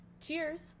cheers